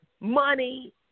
money